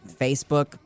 Facebook